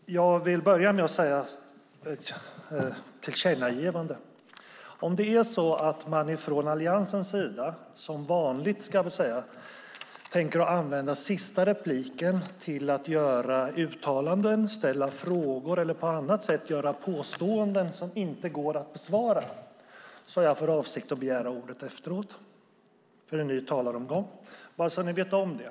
Fru talman! Jag vill börja med att göra ett tillkännagivande. Om man från Alliansens sida, som vanligt, tänker använda sista repliken till att göra uttalanden, ställa frågor eller på annat sätt komma med påståenden som inte går att besvara har jag för avsikt att begära ordet efteråt för en ny talaromgång. Bara så att ni vet om det!